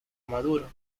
maduro